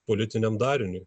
politiniam dariniui